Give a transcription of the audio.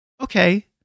okay